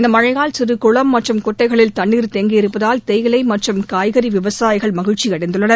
இந்த மழையால் சிறு குளம் மற்றும் குட்டைகளில் தண்ணீர் தேங்கியிருப்பதால் தேயிலை மற்றும் காய்கறி விவசாயிகள் மகிழ்ச்சி அடைந்துள்ளனர்